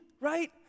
right